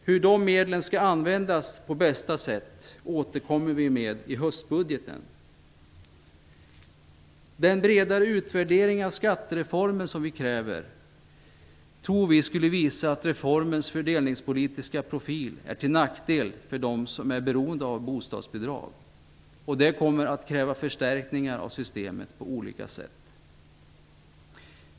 Hur dessa medel skall användas på bästa sätt återkommer vi till i höstbudgeten. Den bredare utvärdering av skattereformen som vi kräver skulle, tror vi, visa att reformens fördelningspolitiska profil är till nackdel för dem som är beroende av bostadsbidrag. Det kommer att krävas förstärkningar av systemet på olika sätt.